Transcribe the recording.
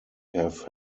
have